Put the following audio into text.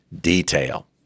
detail